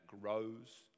grows